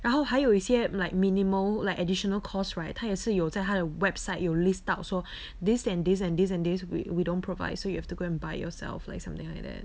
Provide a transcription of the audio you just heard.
然后还有一些 like minimal like additional costs right 它也是有在它的 website 有 list out 说 this and this and this we we don't provide so you have to go and buy yourself like something like that